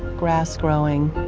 grass growing.